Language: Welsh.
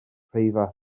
preifat